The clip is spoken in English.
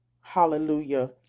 Hallelujah